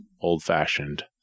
old-fashioned